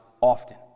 often